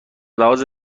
لحاظ